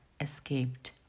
escaped